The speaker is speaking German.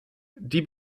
die